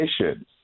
missions